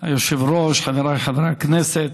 אדוני היושב-ראש, חבריי חברי הכנסת,